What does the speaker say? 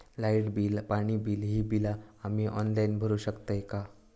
Light bill, पाणी bill, ही बिला आम्ही ऑनलाइन भरू शकतय का?